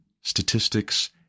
statistics